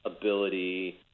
ability